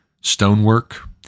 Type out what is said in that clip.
stonework